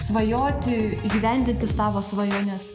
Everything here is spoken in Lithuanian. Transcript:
svajoti įgyvendinti savo svajones